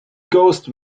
ghost